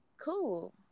cool